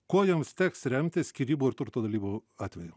ko joms teks remtis skyrybų ir turto dalybų atveju